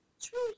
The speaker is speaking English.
true